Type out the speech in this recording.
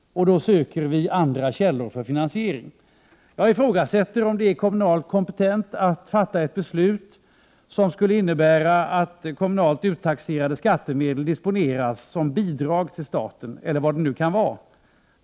Då söker vi andra källor för finansiering. Jag ifrågasätter om en kommun är kompetent att fatta ett beslut, som skulle innebära att kommunalt uttaxerade skattemedel disponeras som bidrag till staten, eller vad det nu kan vara.